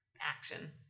action